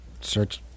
search